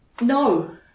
No